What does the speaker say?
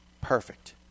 perfect